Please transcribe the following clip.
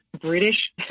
British